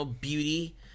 beauty